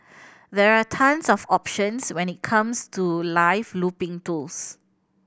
there are tons of options when it comes to live looping tools